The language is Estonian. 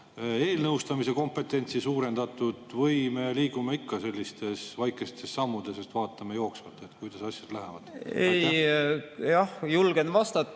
eelnõustamise kompetentsi suurendatud? Või me liigume ikka selliste väikeste sammudega, et vaatame jooksvalt, kuidas asjad lähevad? Jah, julgen vastata